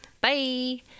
Bye